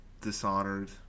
Dishonored